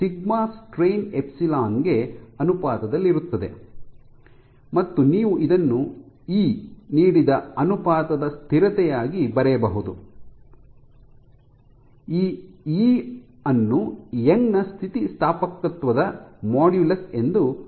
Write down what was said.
sigma strain epsilon ಗೆ ಅನುಪಾತದಲ್ಲಿರುತ್ತದೆ ಮತ್ತು ನೀವು ಇದನ್ನು ಇ ನೀಡಿದ ಅನುಪಾತದ ಸ್ಥಿರತೆಯಾಗಿ ಬರೆಯಬಹುದು ಈ ಇ ಅನ್ನು ಯಂಗ್ನ Young's ಸ್ಥಿತಿಸ್ಥಾಪಕತ್ವದ ಮಾಡ್ಯುಲಸ್ ಎಂದು ಕರೆಯಲಾಗುತ್ತದೆ